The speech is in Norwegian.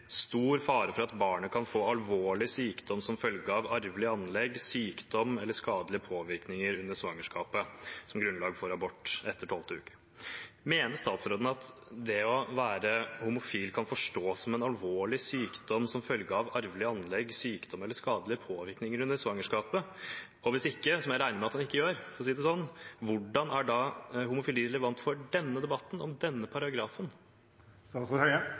fare for at barnet kan få alvorlig sykdom, som følge av arvelige anlegg, sykdom eller skadelige påvirkninger under svangerskapet». Mener statsråden at det å være homofil kan forstås som en alvorlig sykdom, som følge av arvelige anlegg, sykdom eller skadelige påvirkninger under svangerskapet? Hvis ikke, for jeg regner med at han ikke gjør det: Hvordan er da homofili relevant for denne debatten om denne paragrafen?